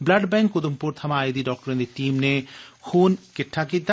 blood bank Udhampur थमां आई दी डाक्टरें दी इक टीम नै खून किट्ठा कीता